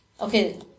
okay